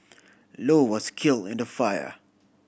low was kill in the fire